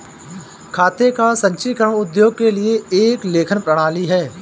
खाते का संचीकरण उद्योगों के लिए एक लेखन प्रणाली है